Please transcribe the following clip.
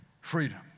freedom